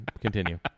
Continue